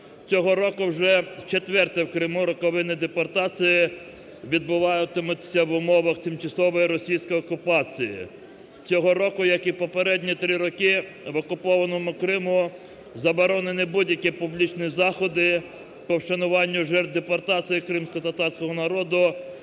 Цього року вже вчетверте в Криму роковини депортації відбуватимуться в умовах тимчасової російської окупації. Цього року, як і попередні три роки, в окупованому Криму заборонені будь-які публічні заходи по вшануванню жертв депортації кримськотатарського народу,